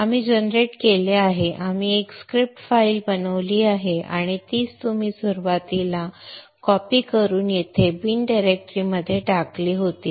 आपण जनरेट केले आहे आम्ही एक स्क्रिप्ट फाइल बनवली आहे आणि तीच तुम्ही सुरुवातीला कॉपी करून येथे बिन डिरेक्टरी मध्ये टाकली होती